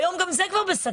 והיום גם זה כבר בסכנה.